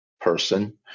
person